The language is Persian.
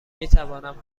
میتوانم